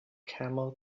camel